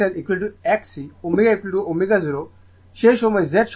কারণ যখন সেই সময় XLXC ωω0 সেই সময় Z সমান R